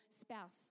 spouse